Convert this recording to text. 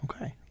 Okay